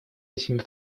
этими